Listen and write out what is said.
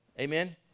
amen